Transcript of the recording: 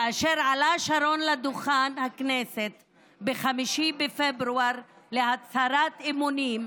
כאשר עלה שרון לדוכן הכנסת ב-5 בפברואר להצהיר הצהרת אמונים,